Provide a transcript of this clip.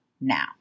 now